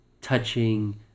touching